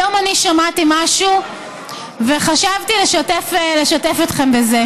היום אני שמעתי משהו וחשבתי לשתף אתכם בזה.